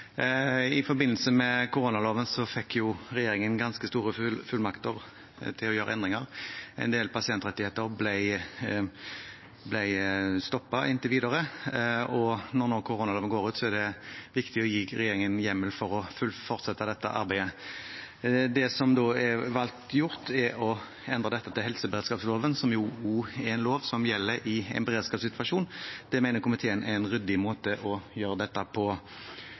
I forbindelse med koronaloven fikk jo regjeringen ganske store fullmakter til å gjøre endringer. En del pasientrettigheter ble stoppet inntil videre, og når nå koronaloven går ut, er det viktig å gi regjeringen hjemmel til å fortsette dette arbeidet. Det som er valgt gjort, er å endre dette til helseberedskapsloven, som jo også er en lov som gjelder i en beredskapssituasjon. Det mener komiteen er en ryddig måte å gjøre dette på.